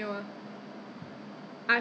the hands were 脱皮了 mah